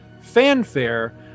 fanfare